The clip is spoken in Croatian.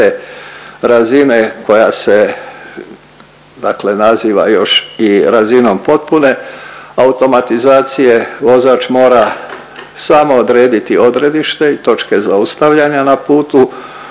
razine koja se naziva dakle još i razinom potpune automatizacije vozač mora samo odrediti odredište i točke zaustavljanja na putu